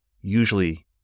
usually